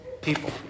people